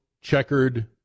checkered